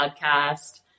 podcast